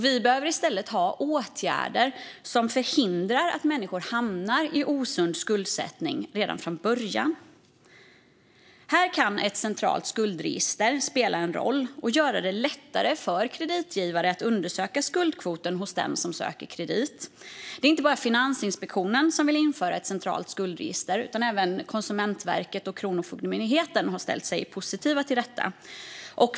Vi behöver i stället ha åtgärder som redan från början förhindrar att människor hamnar i osund skuldsättning. Här kan ett centralt skuldregister spela en roll och göra det lättare för kreditgivare att undersöka skuldkvoten hos den som söker kredit. Det är inte bara Finansinspektionen som vill införa ett centralt skuldregister, utan även Konsumentverket och Kronofogdemyndigheten har ställt sig positiva till detta.